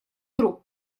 друг